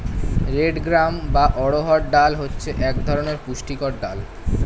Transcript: red gram বা অড়হর ডাল হচ্ছে এক ধরনের পুষ্টিকর ডাল